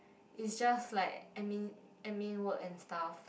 is just like admin admin work and stuff